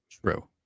true